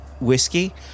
whiskey